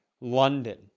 london